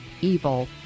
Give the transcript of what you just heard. Evil